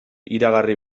iragarri